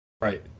Right